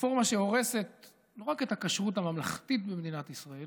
רפורמה שהורסת לא רק את הכשרות הממלכתית במדינת ישראל